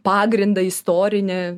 pagrindą istorinį